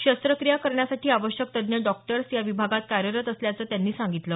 शस्त्रक्रिया करण्यासाठी आवश्यक तज्ञ डॉक्टर्स या विभागात कार्यरत असल्याचं त्यांनी सांगितलं